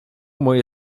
moje